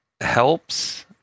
helps